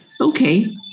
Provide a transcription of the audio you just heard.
Okay